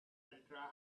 ultra